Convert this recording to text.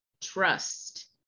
trust